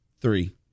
Three